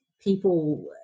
people